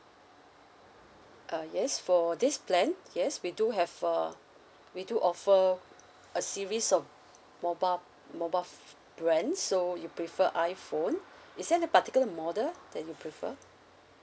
uh yes for this plan yes we do have err we do offer a series of mobile mobile brands so you prefer iphone is there any particular model that you prefer